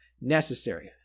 necessary